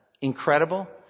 incredible